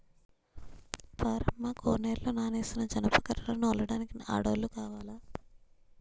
పారమ్మ కోనేరులో నానేసిన జనప కర్రలను ఒలడానికి ఆడోల్లు కావాల